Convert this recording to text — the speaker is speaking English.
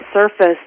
surface